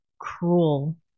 cruel